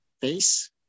face